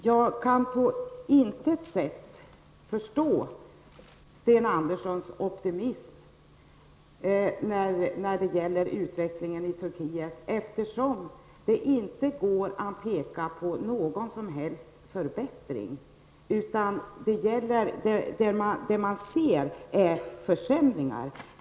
Jag kan på intet sätt förstå Sten Anderssons optimism när det gäller utvecklingen i Turkiet, eftersom det inte går att peka på någon som helst förbättring. Det man ser är försämringar.